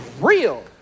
real